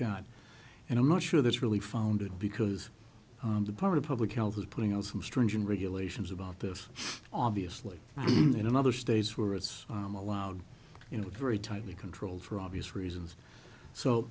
god and i'm not sure that's really founded because on the part of public health is putting out some stringent regulations about this obviously in other states where it's allowed you know very tightly controlled for obvious reasons so